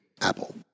Apple